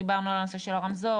דיברנו על הנושא של הרמזור,